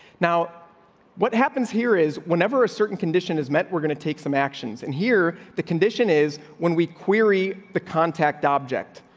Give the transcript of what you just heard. now what happens here is whenever a certain condition is met, we're gonna take some actions and hear the condition is when we query the contact object.